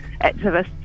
activists